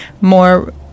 more